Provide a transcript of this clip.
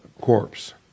corpse